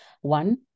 one